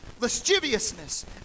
lasciviousness